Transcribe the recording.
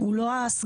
הוא לא הסגן,